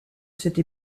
cette